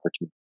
opportunity